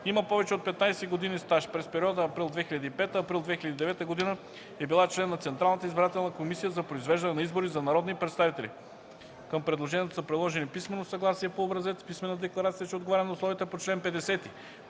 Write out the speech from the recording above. Има повече от 15 години стаж. През периода април 2005 – април 2009 г. е била член на Централната избирателна комисия за произвеждане на избори на народни представители. Към предложението са приложени: - писмено съгласие по образец; - писмена декларация, че отговоря на условията по чл. 50;